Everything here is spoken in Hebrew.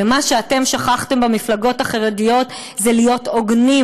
ומה שאתם שכחתם במפלגות החרדיות זה להיות הוגנים.